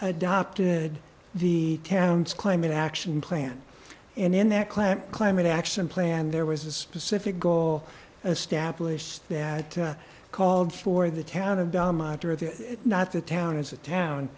adopted the town's climate action plan and in that class climate action plan there was a specific goal established that called for the town of dhamma not the town as a town